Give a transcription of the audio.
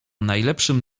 najlepszym